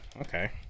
Okay